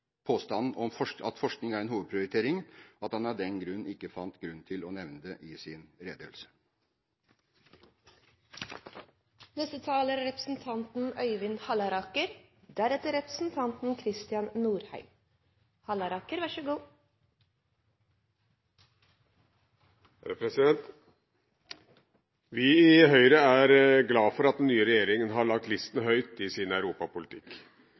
påstanden om at forskning er en hovedprioritering, at han av den grunn ikke fant grunn til å nevne det i sin redegjørelse. Vi i Høyre er glad for at den nye regjeringen har lagt listen høyt i sin europapolitikk.